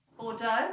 Bordeaux